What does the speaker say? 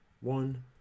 one